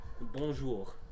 Bonjour